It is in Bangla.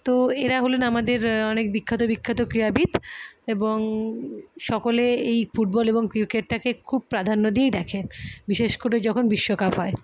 তো এরা হলেন আমাদের অনেক বিখ্যাত বিখ্যাত ক্রীড়াবিদ এবং সকলে এই ফুটবল এবং ক্রিকেটটাকে খুব প্রাধান্য দিয়েই দেখেন বিশেষ করে যখন বিশ্বকাপ হয়